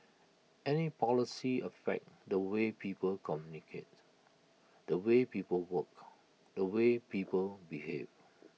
any policies affect the way people communicate the way people work the way people behave